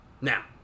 Now